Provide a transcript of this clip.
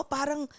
Parang